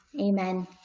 amen